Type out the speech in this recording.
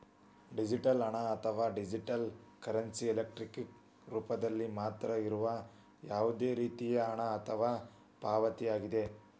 digital ಹಣ, ಅಥವಾ digital currency, electronic ರೂಪದಲ್ಲಿ ಮಾತ್ರ ಇರುವ ಯಾವುದೇ ರೇತಿಯ ಹಣ ಅಥವಾ ಪಾವತಿಯಾಗಿದೆ